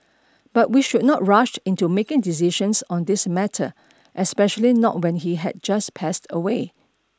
but we should not rush into making decisions on this matter especially not when he had just passed away